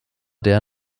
der